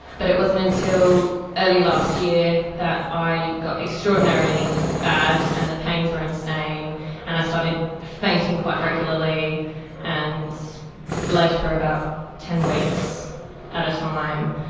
but it wasn't until early last year that i got extraordinarily bad and the pains were insane and i started fainting quite regularly and bled for about ten weeks at a time.